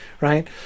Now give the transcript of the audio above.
Right